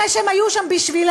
אחרי שהם היו שם בשבילנו?